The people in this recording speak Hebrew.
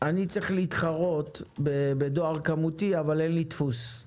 אני צריך להתחרות בדואר כמותי אבל אין לי דפוס,